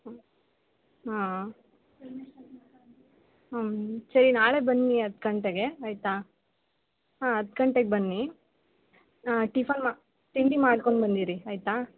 ಹಾಂ ಹಾಂ ಸರಿ ನಾಳೆ ಬನ್ನಿ ಹತ್ ಗಂಟೆಗೆ ಆಯಿತಾ ಹಾಂ ಹತ್ತು ಗಂಟೆಗೆ ಬನ್ನಿ ಟಿಫನ್ ಮಾ ತಿಂಡಿ ಮಾಡ್ಕೊಂಡು ಬಂದಿರಿ ಆಯಿತಾ